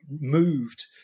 moved